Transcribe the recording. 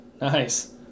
Nice